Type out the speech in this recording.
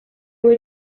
were